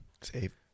Save